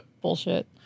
Bullshit